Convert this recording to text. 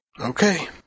Okay